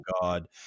God